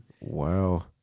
Wow